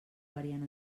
variant